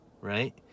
right